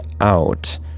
out